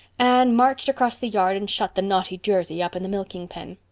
anne marched across the yard and shut the naughty jersey up in the milking pen.